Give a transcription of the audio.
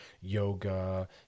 yoga